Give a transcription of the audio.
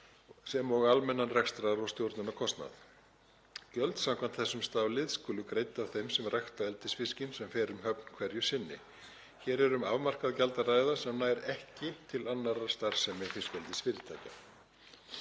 sem og almennan rekstrar- og stjórnunarkostnað. Gjöld samkvæmt þessum staflið skulu greidd af þeim sem rækta eldisfiskinn sem fer um höfn hverju sinni. Hér er um afmarkað gjald að ræða sem nær ekki til annarrar starfsemi fiskeldisfyrirtækja.